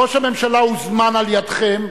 ראש הממשלה הוזמן על-ידכם,